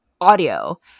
audio